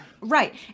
right